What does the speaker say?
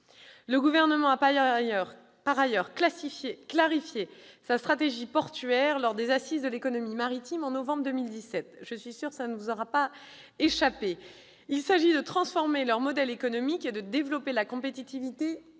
Le Gouvernement a, par ailleurs, clarifié sa stratégie portuaire, lors des assises de l'économie maritime, au mois de novembre 2017 ; je suis sûre que cela ne vous aura pas échappé. Il s'agit de transformer leur modèle économique et de développer la compétitivité